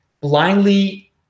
blindly